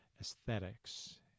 aesthetics